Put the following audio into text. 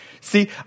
See